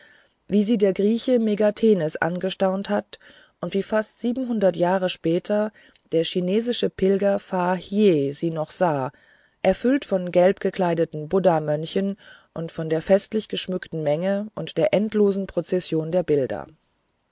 wie sie der grieche megasthenes angestaunt hat und wie fast siebenhundert jahre später der chinesische pilger fa hien sie noch sah erfüllt von gelbgekleideten buddhamönchen und von der festlich geschmückten menge und der endlosen prozession der bilder